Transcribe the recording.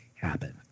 happen